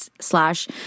slash